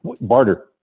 barter